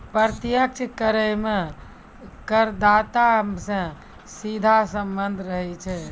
प्रत्यक्ष कर मे करदाता सं सीधा सम्बन्ध रहै छै